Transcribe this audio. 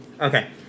Okay